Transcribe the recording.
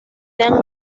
sean